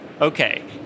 Okay